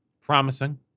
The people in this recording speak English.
Promising